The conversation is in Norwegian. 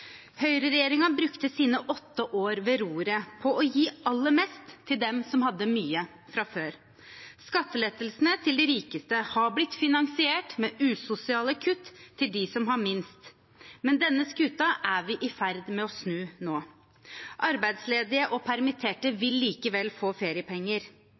brukte sine åtte år ved roret på å gi aller mest til dem som hadde mye fra før. Skattelettelsene til de rikeste har blitt finansiert med usosiale kutt til dem som har minst, men denne skuta er vi i ferd med å snu nå. Arbeidsledige og permitterte vil likevel få feriepenger.